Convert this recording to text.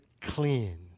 clean